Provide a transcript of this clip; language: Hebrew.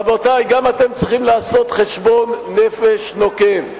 רבותי, גם אתם צריכים לעשות חשבון נפש נוקב.